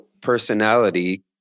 personality